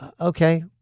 okay